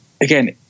again